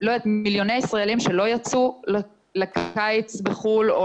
מיליוני ישראלים שלא יצאו לקיץ בחוץ לארץ